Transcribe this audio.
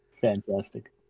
Fantastic